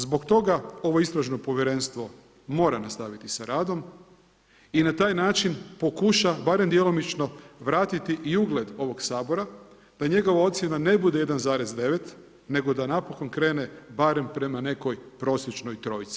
Zbog toga ovo Istražnog povjerenstvo mora nastaviti sa radom i na taj način pokuša barem djelomično vratiti i ugled ovog Sabora da njegova ocjena ne bude 1,9, nego da napokon krene barem prema nekoj prosječnoj trojci.